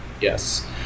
Yes